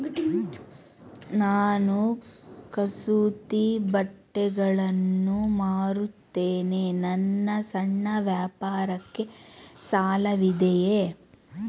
ನಾನು ಕಸೂತಿ ಬಟ್ಟೆಗಳನ್ನು ಮಾರುತ್ತೇನೆ ನನ್ನ ಸಣ್ಣ ವ್ಯಾಪಾರಕ್ಕೆ ಸಾಲವಿದೆಯೇ?